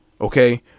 Okay